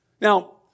Now